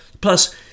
Plus